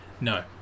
no